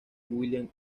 william